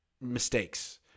mistakes